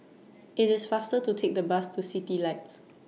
IT IS faster to Take The Bus to Citylights